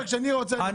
כשאני רוצה,